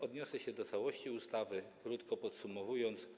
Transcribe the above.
Odniosę się do całości ustawy, krótko podsumowując.